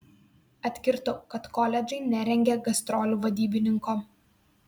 atkirtau kad koledžai nerengia gastrolių vadybininko